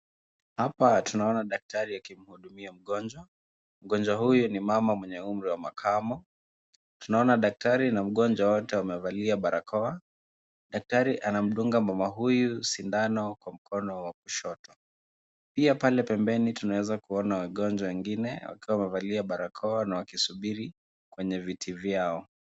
Hapa tunaona daktari akimhudumia mgonjwa. Mgonjwa huyu ni mama mwenye umri wa makamo. Tunaona daktari na mgonjwa wote wamevalia barakoa. Daktari anamdunga mama huyu sindano kwa mkono wa kushoto. Pia pale pembeni tunaeza kuona wagonjwa wengine wakiwa wamevalia barakoa na wakisubiri kwenye viti vyao.